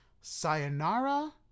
Sayonara